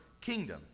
kingdom